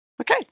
Okay